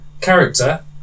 character